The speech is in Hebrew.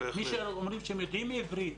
מי שאומרים שהם יודעים עברית,